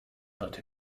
but